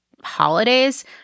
holidays